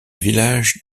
village